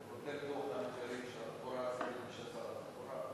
נותן את לוח המחירים של התחבורה הציבורית ושל שר התחבורה,